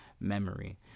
memory